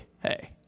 hey